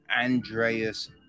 Andreas